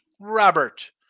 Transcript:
Robert